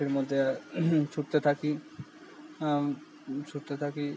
মাঠের মধ্যে ছুটতে থাকি ছুটতে থাকি